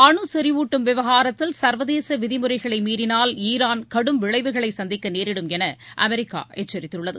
அணு செறிவூட்டும் விவகாரத்தில் சா்வதேச விதிமுறைகளை மீறினால் ஈரான் கடும் விளைவுகளை சந்திக்க நேரிடும் என அமெரிக்கா எச்சரித்துள்ளது